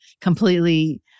completely